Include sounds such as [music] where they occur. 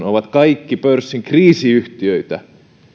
[unintelligible] ovat kaikki pörssin kriisiyhtiöitä